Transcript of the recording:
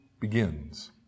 begins